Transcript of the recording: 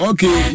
Okay